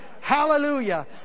Hallelujah